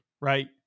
right